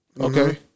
Okay